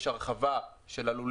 למדינה ולמגדלים.